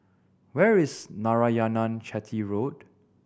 where is Narayanan Chetty Road